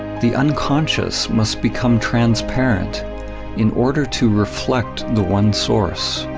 the unconscious must become transparent in order to reflect the one source.